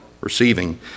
receiving